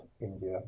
India